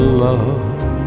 love